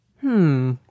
Hmm